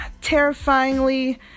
terrifyingly